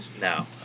No